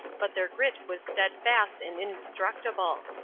but their grit was steadfast and indestructible.